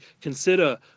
consider